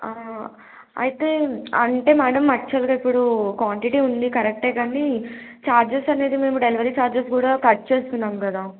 అయితే అంటే మ్యాడమ్ యాక్చువల్గా ఇప్పుడు క్వాంటిటీ ఉంది కరెక్టే కానీ ఛార్జెస్ అనేది మేము డెలివరీ ఛార్జెస్ కూడా కట్ చేసుకున్నాం కదా